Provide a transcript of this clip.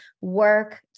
work